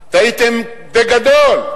הזאת, טעיתם בגדול,